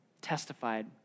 testified